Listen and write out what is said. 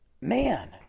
man